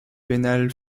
pénal